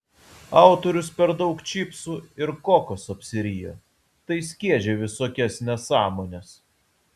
autorius per daug čipsų ir kokos apsirijo tai skiedžia visokias nesąmones